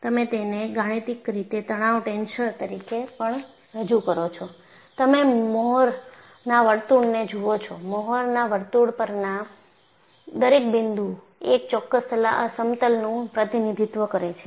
તમે તેને ગાણિતિક રીતે તણાવ ટેન્સર તરીકે પણ રજૂ કરો છો તમે મ્હોરmohrasના વર્તુળને જુઓ છો મોહરના વર્તુળ પરના દરેક બિંદુ એક ચોક્કસ સમતલનું પ્રતિનિધિત્વ કરે છે